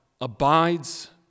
abides